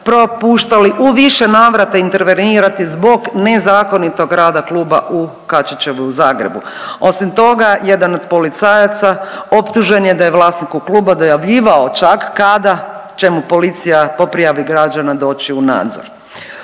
propuštali u više navrata intervenirati zbog nezakonitog rada kluba u Kačićevoj u Zagrebu. Osim toga jedan od policajaca optužen je da je vlasniku kluba dojavljivao čak kada će mu policija po prijavi građana doći u nadzor.